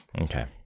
Okay